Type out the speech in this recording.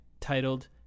titled